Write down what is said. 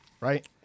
Right